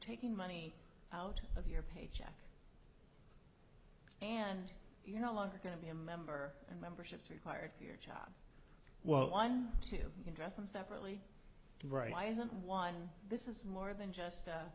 taking money out of your paycheck and you no longer going to be a member and memberships required for your job well one to address them separately right now isn't one this is more than just